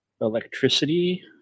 Electricity